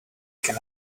can